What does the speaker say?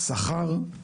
שכר,